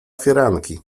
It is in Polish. firanki